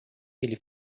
ele